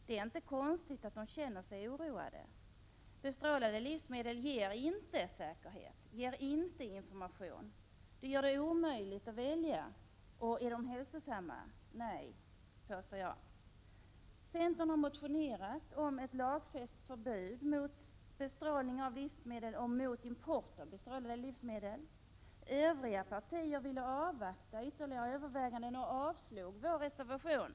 Det är inte konstigt att de känner sig oroade: bestrålade livsmedel ger inte säkerhet, ger inte information, bestrålning gör det omöjligt att välja. Är bestrålade livsmedel hälsosamma? Nej, påstår jag. Centern har motionerat om ett lagfäst förbud mot bestrålning av livsmedel och mot import av bestrålade livsmedel. Övriga partier ville avvakta ytterligare överväganden och avslog därför vår reservation.